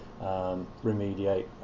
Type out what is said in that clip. remediate